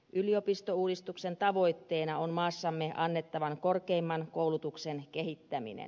yliopistouudistuksen tavoitteena on maassamme annettavan korkeimman koulutuksen kehittäminen